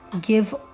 give